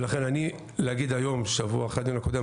ולכן שבוע אחרי הדיון הקודם,